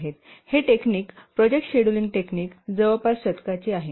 हे technique project scheduling technique जवळपास शतकाची आहे